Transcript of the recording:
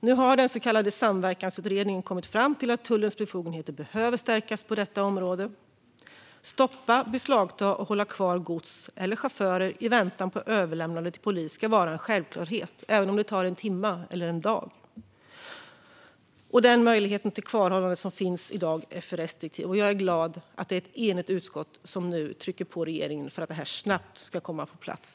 Nu har den så kallade samverkansutredningen kommit fram till att tullens befogenheter behöver stärkas på området. Stoppa, beslagta och hålla kvar gods eller chaufförer i väntan på överlämnande till polis ska vara en självklarhet - även om det tar en timme eller en dag. Den möjlighet till kvarhållande som finns i dag är för restriktiv. Jag är glad att ett enigt utskott nu trycker på regeringen för att detta snabbt ska komma på plats.